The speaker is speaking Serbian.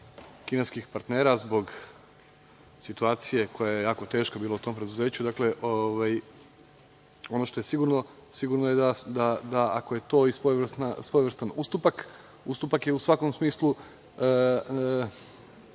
kineskih partnera, zbog situacija koja je jako teška bila u tom preduzeću. Ono što je sigurno, sigurno je da ako je to svojevrstan ustupak, ustupak je u svakom smislu